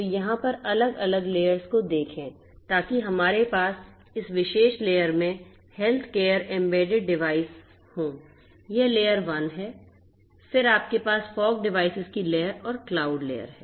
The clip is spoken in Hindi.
तो यहाँ पर अलग अलग लेयर्स को देखें ताकि हमारे पास इस विशेष लेयर में हेल्थकेयर एम्बेडेड डिवाइस हों यह लेयर 1 है फिर आपके पास फॉग डिवाइसेस की लेयर और क्लाउड लेयर है